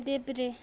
देब्रे